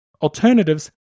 Alternatives